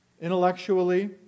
intellectually